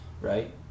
right